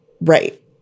right